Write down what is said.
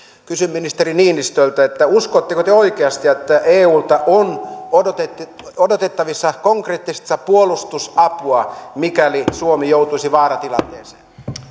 kysyn ministeri niinistöltä uskotteko te oikeasti että eulta on odotettavissa odotettavissa konkreettista puolustusapua mikäli suomi joutuisi vaaratilanteeseen